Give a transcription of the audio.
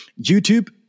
YouTube